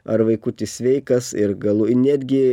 ar vaikutis sveikas ir galų ir netgi